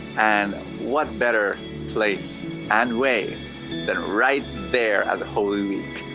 and what better place and way that right there at the holy week.